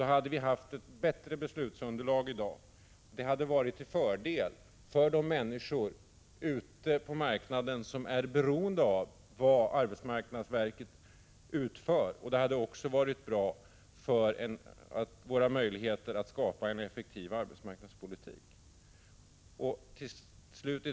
Då hade vi i dag haft ett bättre beslutsunderlag, vilket hade varit till fördel för de människor ute på marknaden som är beroende av vad arbetsmarknadsverket utför och även för våra möjligheter att bedriva en effektiv arbetsmarknadspolitik.